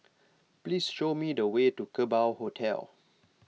please show me the way to Kerbau Hotel